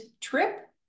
trip